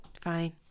Fine